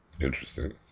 Interesting